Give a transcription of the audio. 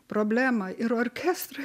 problema ir orkestrui